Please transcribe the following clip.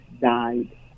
died